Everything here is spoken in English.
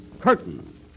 Curtain